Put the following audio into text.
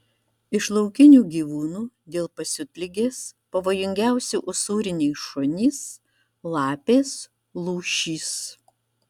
iš laukinių gyvūnų dėl pasiutligės pavojingiausi usūriniai šunys lapės lūšys